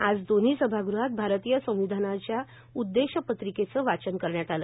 आज दोन्ही सभागृहात भारतीय संविधानाच्या उद्देश पत्रिकेचं वाचन करण्यात आले